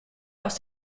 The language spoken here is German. aus